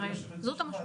יש לכם את זה?